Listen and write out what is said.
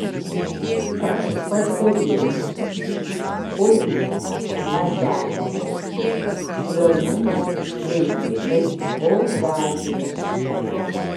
aš pastebėjau o jums ar teko švelnumas šiais laikais oi gąsdina